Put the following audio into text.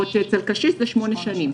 או אצל קשיש זה שמונה שנים.